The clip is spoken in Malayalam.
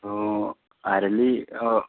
അപ്പോൾ അരളി ഓ